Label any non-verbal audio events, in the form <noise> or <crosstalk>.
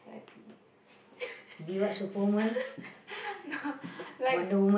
<laughs> no like